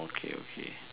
okay okay